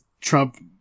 Trump